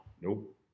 Nope